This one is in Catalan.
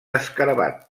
escarabat